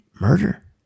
murder